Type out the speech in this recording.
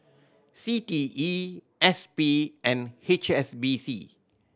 C T E S P and H S B C